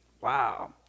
wow